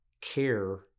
care